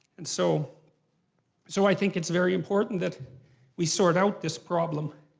and so so i think it's very important that we sort out this problem.